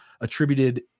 attributed